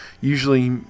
usually